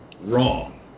wrong